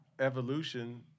evolution